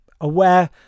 aware